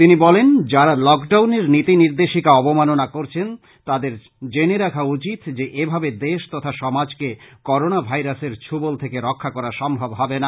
তিনি বলেন যারা লক ডাউনের নিতি নির্দেশিকা অবমাননা করছেন তাদের জেনে রাখা উচিৎ যে এ ভাবে দেশ তথা সমাজকে করোনা ভাইরাসের ছুবল থেকে রক্ষা করা সম্ভব হবে না